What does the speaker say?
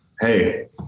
Hey